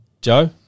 Joe